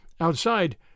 Outside